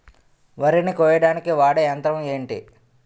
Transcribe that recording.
వరి ని కోయడానికి వాడే యంత్రం ఏంటి?